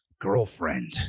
girlfriend